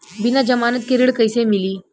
बिना जमानत के ऋण कईसे मिली?